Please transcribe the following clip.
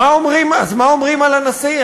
אז מה אומרים על הנשיא?